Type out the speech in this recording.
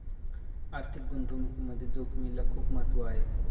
आर्थिक गुंतवणुकीमध्ये जोखिमेला खूप महत्त्व आहे